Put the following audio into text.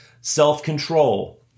self-control